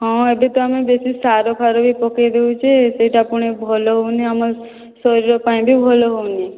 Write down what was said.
ହଁ ଏବେ ତ ଆମେ ବେଶୀ ସାର ଫାର ବି ପକାଇ ଦଉଛେ ସେହିଟା ପୁଣି ଭଲ ହେଉନି ଆମର ସେ ଏରିଆ ପାଇଁ ବି ଭଲ ହେଉନି